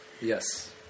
Yes